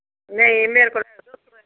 नेईं मेरे कोल